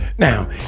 Now